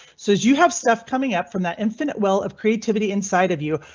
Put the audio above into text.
so as you have stuff coming up from that infinite well of creativity inside of you.